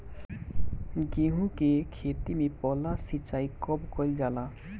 गेहू के खेती मे पहला सिंचाई कब कईल जाला?